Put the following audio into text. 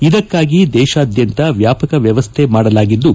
ಇದಕ್ಕಾಗಿ ದೇಶಾದ್ಯಂತ ವ್ಲಾಪಕ ನ್ನವಸ್ನೆ ಮಾಡಲಾಗಿದ್ದು